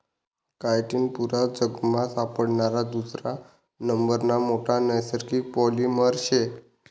chitin पुरा जगमा सापडणारा दुसरा नंबरना मोठा नैसर्गिक पॉलिमर शे